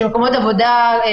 (הישיבה נפסקה בשעה